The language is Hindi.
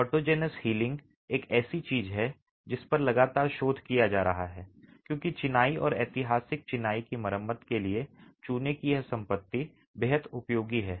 ऑटोजेनस हीलिंग एक ऐसी चीज है जिस पर लगातार शोध किया जा रहा है क्योंकि चिनाई और ऐतिहासिक चिनाई की मरम्मत के लिए चूने की यह संपत्ति बेहद उपयोगी है